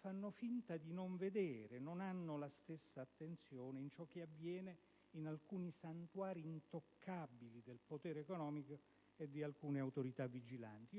fanno finta di non vedere, non hanno la stessa attenzione per ciò che avviene in alcuni santuari intoccabili del potere economico e di alcune autorità vigilanti.